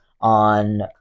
on